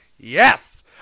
Yes